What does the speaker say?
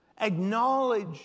acknowledge